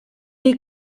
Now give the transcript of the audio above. est